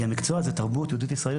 כי המקצוע הזה תרבות יהדות ישראל,